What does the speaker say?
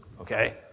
Okay